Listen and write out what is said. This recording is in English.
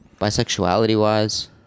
bisexuality-wise